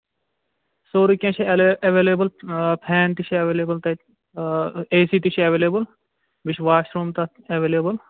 سورُے کیٚنٛہہ چھُ ایلے ایٚویلیبٔل آ فین تہِ چھِ ایٚویلیبٔل تَتہِ آ اے سی تہِ چھِ ایٚویلیبٔل بیٚیہِ چھُ واش روٗم تَتھ ایٚویلیبٔل